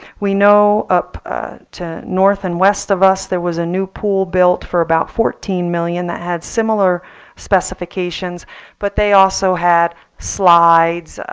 we know up to north and west of us there was a new pool built for about fourteen million that had similar specifications but they also had slides,